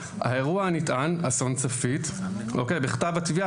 האירוע הנטען" - אסון צפית "בכתב התביעה